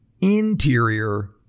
interior